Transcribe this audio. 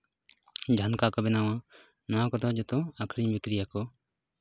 ᱡᱷᱟᱱᱠᱟ ᱠᱚ ᱵᱮᱱᱟᱣᱟ ᱱᱚᱣᱟ ᱠᱚᱫᱚ ᱡᱚᱛᱚ ᱟᱹᱠᱷᱨᱤᱧ ᱵᱤᱠᱨᱤᱭᱟᱠᱚ